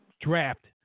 draft